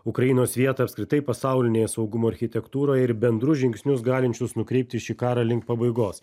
ukrainos vietą apskritai pasaulinėj saugumo architektūroj ir bendrus žingsnius galinčius nukreipti šį karą link pabaigos